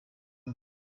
bose